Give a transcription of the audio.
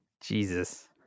Jesus